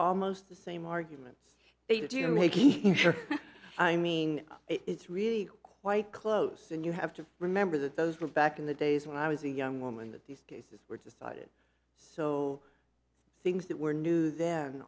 almost the same arguments you do you make i mean it's really quite close and you have to remember that those were back in the days when i was a young woman but these cases were decided so things that were new then